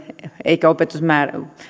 eikä